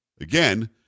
Again